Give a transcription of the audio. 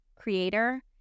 creator